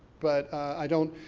but, i don't,